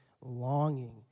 longing